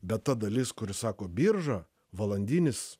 bet ta dalis kuri sako birža valandinis